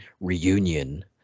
Reunion